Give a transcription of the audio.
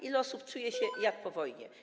Ile osób czuje się jak po wojnie?